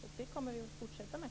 Och det kommer vi att fortsätta med.